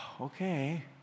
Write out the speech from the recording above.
okay